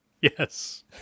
yes